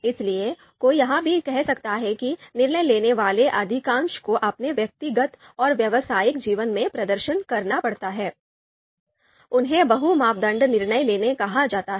इसलिए कोई यह भी कह सकता है कि निर्णय लेने वाले अधिकांश को अपने व्यक्तिगत और व्यावसायिक जीवन में प्रदर्शन करना पड़ता है उन्हें बहु मापदंड निर्णय लेना कहा जाता है